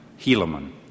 Helaman